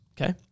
Okay